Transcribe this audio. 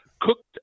Cooked